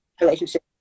relationship